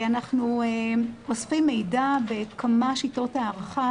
אנחנו אוספים מידע בכמה שיטות הערכה